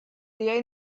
the